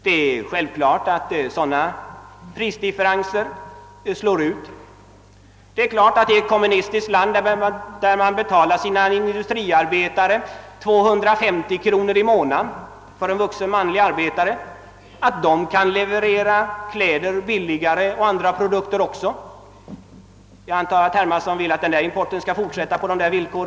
Det är självklart att sådana prisdifferenser slår ut. Ett kommunistiskt land, där man betalar en vuxen manlig arbetare 250 kronor per månad, kan naturligtvis leverera kläder och andra produkter billigare än vi i vårt land. Jag antar att herr Hermansson vill att denna import skall fortsätta på samma villkor.